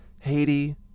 Haiti